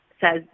says